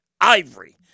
ivory